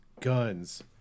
guns